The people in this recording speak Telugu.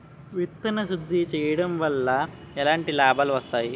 విత్తన శుద్ధి చేయడం వల్ల ఎలాంటి లాభాలు వస్తాయి?